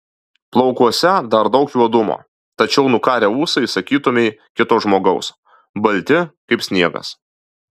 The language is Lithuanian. plaukuose dar daug juodumo tačiau nukarę ūsai sakytumei kito žmogaus balti kaip sniegas